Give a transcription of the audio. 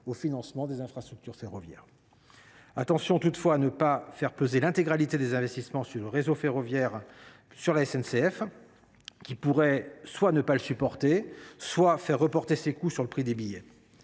au financement des infrastructures ferroviaires. Veillons toutefois à ne pas faire peser l’intégralité des investissements dans le réseau ferroviaire sur la SNCF, qui pourrait soit ne pas le supporter soit reporter ces coûts sur le prix des billets.